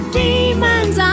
demons